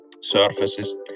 surfaces